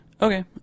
Okay